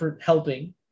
helping